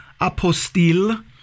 apostille